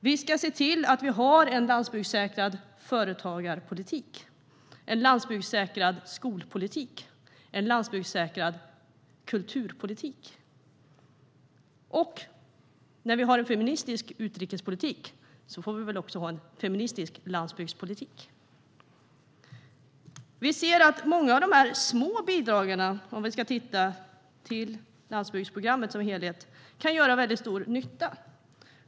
Vi ska se till att vi har en landsbygdssäkrad företagarpolitik, en landsbygdssäkrad skolpolitik och en landsbygdssäkrad kulturpolitik - och eftersom vi har en feministisk utrikespolitik ska vi också ha en feministisk landsbygdspolitik. Vi ser att många av landsbygdsprogrammets små bidrag kan göra stor nytta.